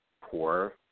poor